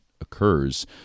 occurs